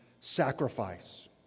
sacrifice